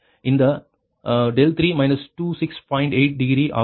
68 degree ஆகும்